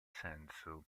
senso